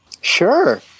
Sure